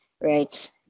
Right